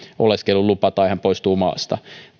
oleskelulupa tai hän poistuu maasta